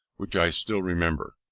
which i still remember.